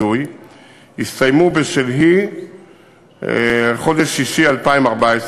ההטמעה והפיזור למחוזות הרישוי יסתיימו בשלהי חודש יוני 2014,